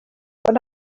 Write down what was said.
but